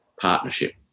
Partnership